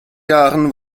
jahren